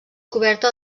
coberta